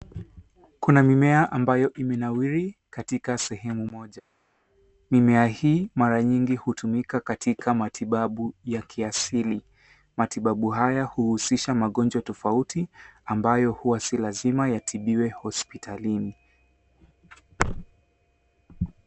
Kuna mimea ambayo imenawiri katika sehemu moja. Mimea hii mara nyingi hutumika katika matibabu ya kiasili. Matibabu haya huhusisha magonjwa tofauti ambayo huwa si lazima yatibiwe hospitalini.